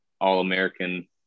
all-American